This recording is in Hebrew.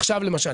עכשיו למשל,